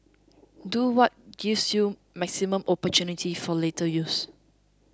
do what gives you maximum opportunities for later use